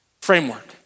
framework